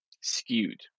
skewed